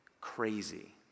Crazy